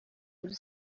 muri